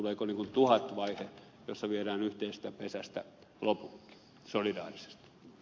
tuleeko tuhat vaihe jossa viedään yhteisestä pesästä loputkin solidaarisesti